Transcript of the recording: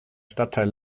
stadtteil